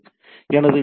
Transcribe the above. எனவே எனது டி